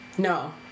No